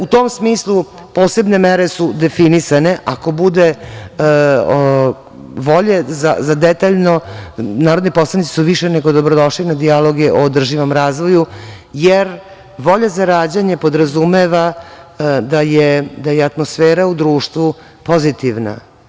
U tom smislu posebne mere su definisane ako bude volje za detaljno, narodni poslanici su više nego dobro došli na dijaloge o održivom razvoju, jer volja za rađanje podrazumeva da je atmosfera u društvu pozitivna.